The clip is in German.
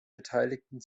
beteiligten